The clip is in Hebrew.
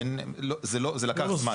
זה לקח זמן.